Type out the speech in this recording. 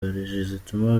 zituma